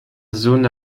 zone